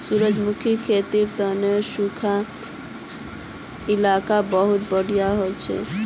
सूरजमुखीर खेतीर तने सुखा इलाका बहुत बढ़िया हछेक